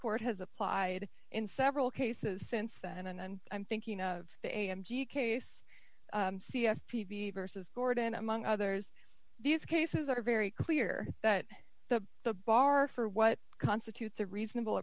court has applied in several cases since then and i'm thinking of the a m d case c s t v versus gordon among others these cases are very clear that the the bar for what constitutes a reasonable